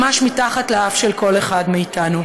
ממש מתחת לאף של כל אחד מאיתנו.